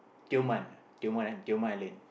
Tioman Tioman Tioman Island